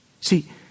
See